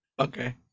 Okay